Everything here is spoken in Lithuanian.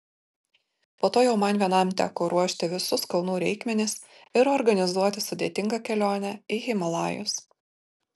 po to jau man vienam teko ruošti visus kalnų reikmenis ir organizuoti sudėtingą kelionę į himalajus